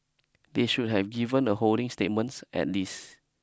they should have given a holding statements at least